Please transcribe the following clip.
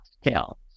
scale